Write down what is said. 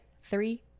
Three